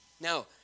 Now